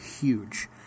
huge